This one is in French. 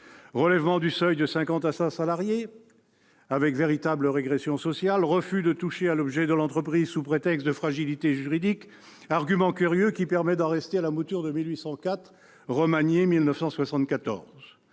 relèvement du seuil de cinquante à cent salariés, avec une véritable régression sociale ; refus de toucher à l'objet de l'entreprise sous prétexte de fragilité juridique, argument curieux qui permet d'en rester à la mouture de 1804, remaniée en 1974